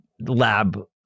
lab